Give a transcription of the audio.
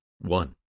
one